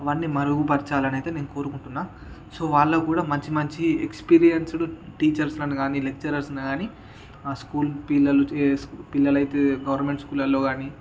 అవన్నీ మెరుగుపర్చాలనైతే నేను కోరుకుంటున్నాను సో వాళ్ళకు కూడా మంచి మంచి ఎక్సపీరియెన్స్డ్ టీచర్స్ను కానీ లెక్చరుర్స్ను కానీ స్కూల్ పిల్లలు పిల్లలైతే గవర్నమెంట్ స్కూళ్లల్లో కానీ